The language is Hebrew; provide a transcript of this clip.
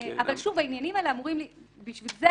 אבל שוב, בשביל זה